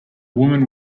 woman